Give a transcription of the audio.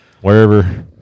Wherever